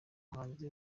umuhanzi